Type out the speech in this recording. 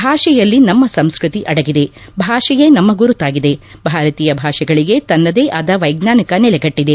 ಭಾಷೆಯಲ್ಲಿ ನಮ್ಮ ಸಂಸ್ಕೃತಿ ಅಡಗಿದೆ ಭಾಷೆಯೇ ನಮ್ಮ ಗುರುತಾಗಿದೆ ಭಾರತೀಯ ಭಾಷೆಗಳಿಗೆ ತನ್ನದೇ ಆದ ವೈಜ್ವಾನಿಕ ನೆಲೆಗಟ್ಟಿದೆ